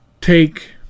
take